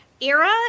era